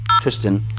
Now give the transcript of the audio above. Tristan